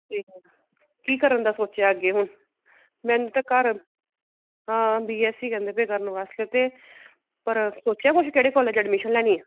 ਅਤੇ ਹੋਰ ਕੀ ਕਰਨ ਦਾ ਸੋਚਿਆ ਅੱਗੇ ਹੁਣ ਮੈਨੂੰ ਤਾਂ ਘਰ ਹਾਂ ਬੀ ਐੱਸ ਸੀ ਕਹਿੰਦੇ ਪਏ ਕਰਨ ਵਾਸਤੇ ਅਤੇ ਪਰ ਸੋਚਿਆ ਕੁਛ ਕਿਹੜੇ ਕੌਲਜ ਐਡਮਿਸ਼ਨ ਲੈਣੀ ਆ